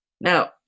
Now